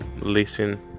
listen